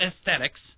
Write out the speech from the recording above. Aesthetics